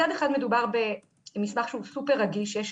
מצד אחד מדובר במסמך שהוא סופר רגיש ושיש